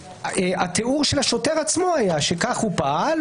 התיאור של השוטר עצמו היה שכך הוא פעל,